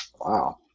Wow